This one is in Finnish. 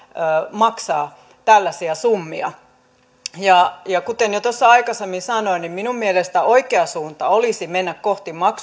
maksaa tällaisia summia kuten jo tuossa aikaisemmin sanoin minun mielestäni oikea suunta olisi mennä kohti maksuttomuutta